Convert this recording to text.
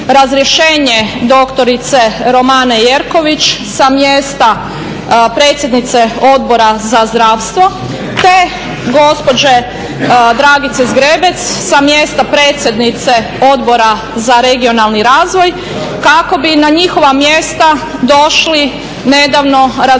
razrješenje doktorice Romane Jerkoviće sa mjesta predsjednice Odbora za zdravstvo te gospođe Dragice Zgrebec sa mjesta predsjednice Odbora za regionalni razvoj kako bi na njihova mjesta došli nedavno razriješeni